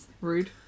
Rude